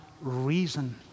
reason